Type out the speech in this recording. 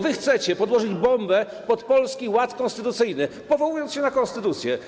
Wy chcecie podłożyć bombę pod polski ład konstytucyjny, powołując się na konstytucję.